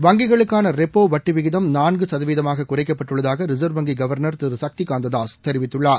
வங்கிகளுக்கான repo வட்டி விகிதம் நான்கு சதவீதமாக குறைக்கப்பட்டுள்ளதாக ரிச்வ் வங்கி கவா்னா் திரு சக்தி காந்ததாஸ் தெரிவித்துள்ளார்